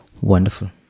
Wonderful